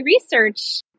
research